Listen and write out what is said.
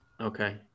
Okay